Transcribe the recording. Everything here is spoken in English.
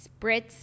Spritz